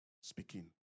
speaking